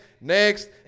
next